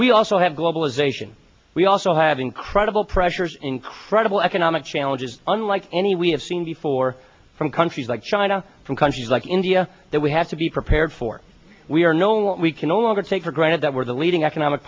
we also have globalization we also have incredible pressures incredible economic challenges unlike any we have seen before from countries like china from countries like india that we have to be prepared for we are no what we can no longer take for granted that we're the leading economic